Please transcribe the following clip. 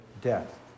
death